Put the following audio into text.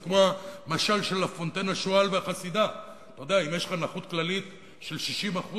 זה כמו המשל של לה פונטיין: השועל והחסידה אם יש לך נכות כללית של 60%,